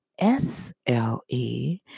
SLE